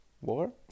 war